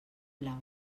blau